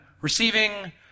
Receiving